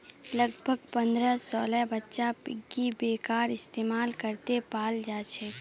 लगभग पन्द्रह सालेर बच्चा पिग्गी बैंकेर इस्तेमाल करते पाल जाछेक